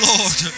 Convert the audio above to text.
Lord